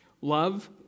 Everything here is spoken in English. Love